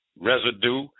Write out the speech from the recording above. residue